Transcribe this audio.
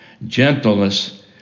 Gentleness